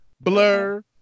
Blur